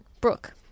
Brooke